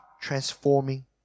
transforming